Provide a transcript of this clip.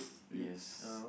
yes